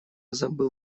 забыл